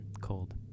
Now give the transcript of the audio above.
Cold